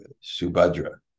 Subhadra